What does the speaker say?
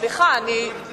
חברי